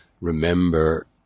remember